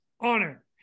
honor